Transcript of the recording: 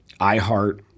iHeart